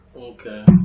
Okay